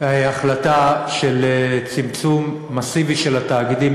החלטה על צמצום מסיבי של התאגידים.